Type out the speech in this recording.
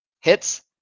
Hits